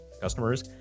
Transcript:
customers